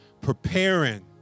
preparing